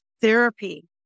therapy